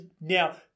Now